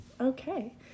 Okay